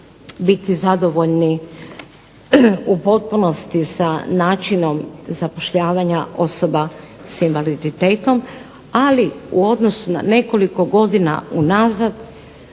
biti zadovoljni u potpunosti sa načinom zapošljavanja osoba s invaliditetom, ali u odnosu na nekoliko godina unazad